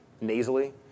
nasally